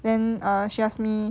then err she ask me